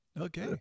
Okay